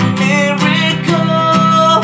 miracle